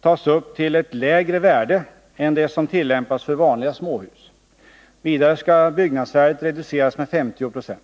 tas upp till ett lägre värde än det som tillämpas för vanliga småhus. Vidare skall byggnadsvärdet reduceras med 50 26.